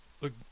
look